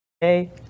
hey